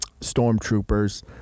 stormtroopers